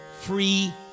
free